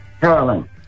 Carolyn